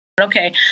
okay